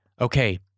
okay